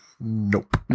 Nope